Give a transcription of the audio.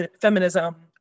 feminism